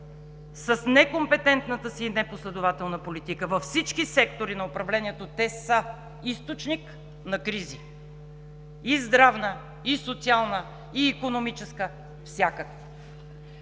С некомпетентната си и непоследователна политика във всички сектори на управлението те са източник на кризи – и здравна, и социална, и икономическа, всякаква.